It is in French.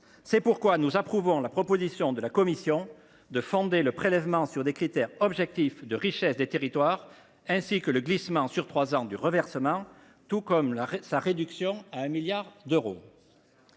C’est pourquoi nous approuvons la proposition de la commission de fonder le prélèvement sur des critères objectifs de richesse des territoires, ainsi que le glissement sur trois ans du reversement et sa réduction à 1 milliard d’euros.